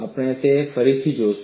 આપણે તે ફરી જોઈશું